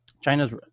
China's